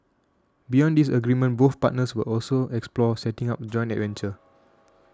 beyond this agreement both partners will also explore setting up a joint venture